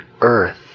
earth